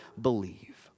believe